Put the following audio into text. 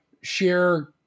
share